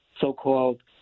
so-called